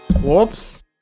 Whoops